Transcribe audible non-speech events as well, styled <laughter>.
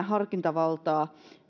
<unintelligible> harkintavaltaa